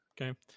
Okay